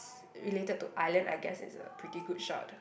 related to Island I guess it's a pretty good shot